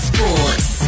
Sports